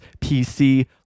PC